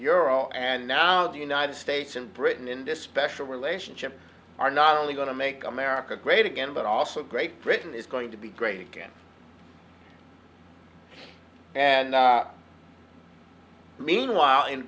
euro and now the united states and britain in this special relationship are not only going to make america great again but also great britain is going to be great again and meanwhile in